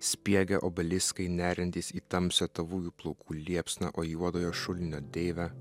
spiegia obeliskai neriantys į tamsią tavųjų plaukų liepsną o juodojo šulinio deivė